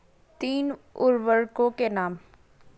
तीन उर्वरकों के नाम?